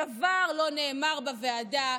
דבר לא נאמר בוועדה,